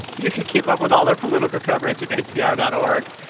you can keep up with all our political coverage at npr dot org.